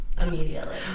immediately